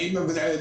בקצרה.